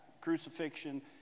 crucifixion